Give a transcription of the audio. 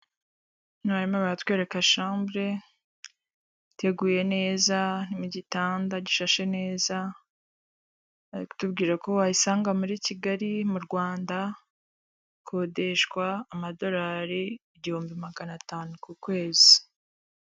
Hano barimo baratwereka shambure iteguye neza, irimo gitanda gishashe neza, bari kutubwira ko wayisanga muri Kigali, mu Rwanda, ikodeshwa amadolari igihumbi magana atanu ku kwezi.